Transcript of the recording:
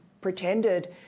pretended